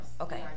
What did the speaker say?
Okay